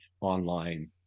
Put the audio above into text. online